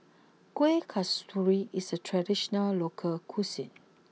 Kueh Kasturi is a traditional local cuisine